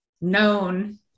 known